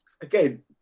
again